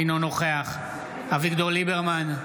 אינו נוכח אביגדור ליברמן,